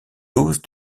dose